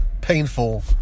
painful